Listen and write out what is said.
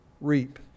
reap